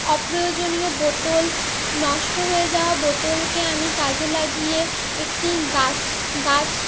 অপ্রয়োজনীয় বোতল নষ্ট হয়ে যাওয়া বোতলকে আমি কাজে লাগিয়ে একটি গাছ গাছ